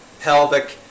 pelvic